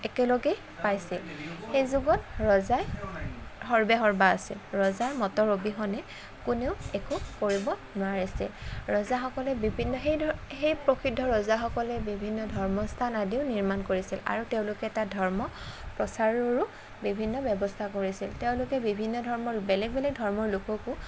একেলগেই পাইছিল সেই যুগত ৰজাই সৰ্বেসৰ্বা আছিল ৰজাৰ মতৰ অবিহনে কোনেও একো কৰিব নোৱাৰিছিল ৰজাসকলে বিভিন্ন সেই ধ সেই প্ৰসিদ্ধ ৰজাসকলে বিভিন্ন ধৰ্মস্থান আদিও নিৰ্মাণ কৰিছিল আৰু তেওঁলোকে তাত ধৰ্ম প্ৰচাৰৰো বিভিন্ন ব্যৱস্থা কৰিছিল তেওঁলোকে বিভিন্ন ধৰ্মৰ বেলেগ বেলেগ ধৰ্মৰ লোককো